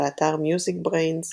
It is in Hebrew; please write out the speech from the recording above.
באתר MusicBrainz